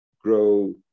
grow